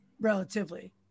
relatively